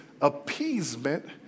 appeasement